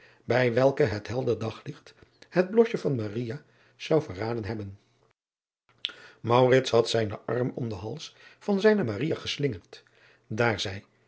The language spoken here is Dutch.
bij welke het helder daglicht het blosje van zou verraden hebben had zijnen arm om den hals van zijne geslingerd daar zij